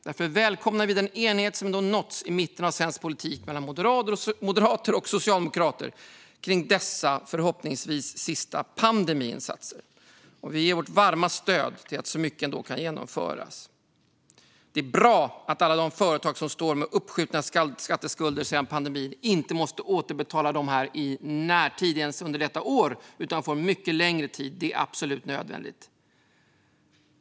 Därför välkomnar vi den enighet som ändå nåtts i mitten av svensk politik mellan moderater och socialdemokrater kring dessa, förhoppningsvis sista, pandemiinsatser. Vi ger vårt varma stöd till att så mycket ändå nu kan genomföras. Det är bra att alla de företag som står med uppskjutna skatteskulder sedan pandemin inte måste återbetala dem i närtid, inte ens under detta år, utan får mycket längre tid på sig. Det är absolut nödvändigt.